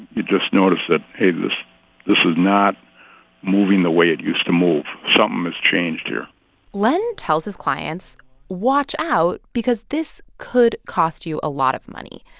you just notice that hey, this this is not moving the way it used to move. something has changed here len tells his clients watch out because this could cost you a lot of money.